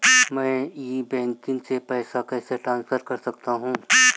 मैं e banking से पैसे कैसे ट्रांसफर कर सकता हूं?